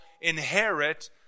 inherit